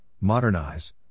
modernize